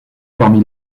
parmi